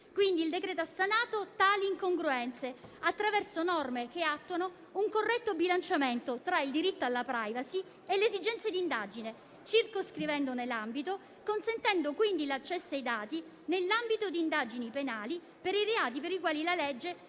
quindi, ha sanato tali incongruenze attraverso norme che attuano un corretto bilanciamento tra il diritto alla *privacy* e le esigenze di indagine, circoscrivendone l'ambito, consentendo quindi l'accesso ai dati nell'ambito di indagini penali per i reati per i quali la legge stabilisce